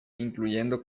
incluyendo